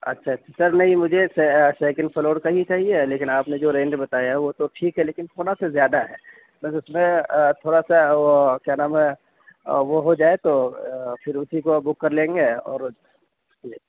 اچھا اچھا سر نہیں مجھے سیکینڈ فلور کا ہی چاہیے ہے لیکن آپ نے جو رینٹ بتایا ہے وہ تو ٹھیک ہے لیکن تھوڑا سا زیادہ ہے بس اُس میں تھوڑا سا وہ کیا نام ہے وہ ہو جائے تو پھر اُسی کو وہ بک لیں گے اور جی